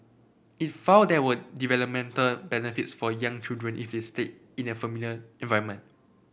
it found there were developmental benefits for young children if they stayed in a familiar environment